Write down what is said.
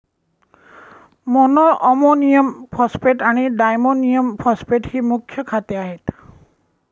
monoammonium phosphate आणि diammonium phosphate ही मुख्य खते आहेत